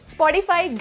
Spotify